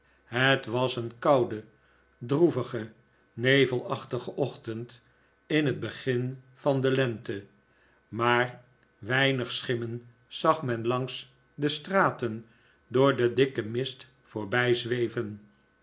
het was een koude droevige nevelachtige ochtend in het begin van de lente maar weinig schimmen zag men langs de straten door den dikken mist